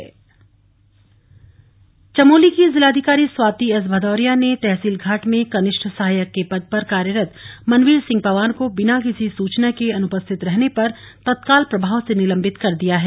निलंबन चमोली की जिलाधिकारी स्वाति एस भदौरिया ने तहसील घाट में कनिष्ठ सहायक के पद पर कार्यरत मनवीर सिंह पंवार को बिना किसी सूचना के अनुपस्थित रहने पर तत्काल प्रभाव से निलंबित कर दिया है